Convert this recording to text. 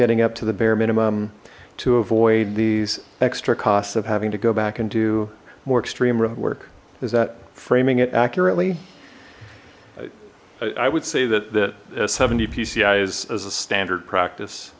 getting up to the bare minimum to avoid these extra costs of having to go back and do more extreme roadwork is that framing it accurately i would say that that seventy pci is as a standard practice